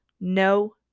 no